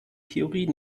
theorie